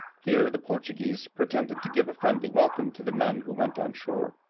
here the portuguese pretended to give a friendly welcome to the men who went on shore,